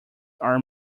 are